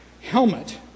helmet